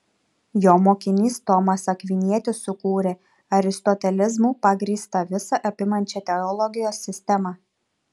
jo mokinys tomas akvinietis sukūrė aristotelizmu pagrįstą visa apimančią teologijos sistemą